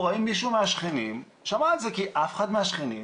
האם מישהו מהשכנים שמע על זה כי אף אחד מהשכנים,